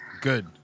Good